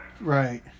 Right